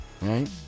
Right